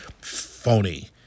phony